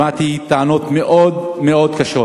שמעתי טענות מאוד מאוד קשות